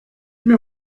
mir